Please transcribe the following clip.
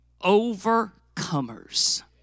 overcomers